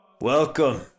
Welcome